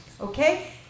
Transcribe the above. okay